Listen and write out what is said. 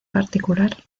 particular